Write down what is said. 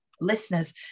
listeners